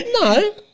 No